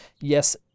yes